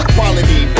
quality